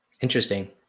interesting